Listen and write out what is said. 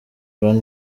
van